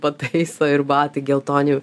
pataiso ir batai geltoni